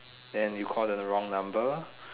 then you call the wrong number